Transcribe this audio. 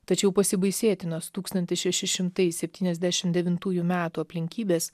tačiau pasibaisėtinos tūkstantis šeši simtai septyniasdešimt devintųjų metų aplinkybės